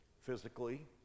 physically